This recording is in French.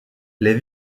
les